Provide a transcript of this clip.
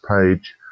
page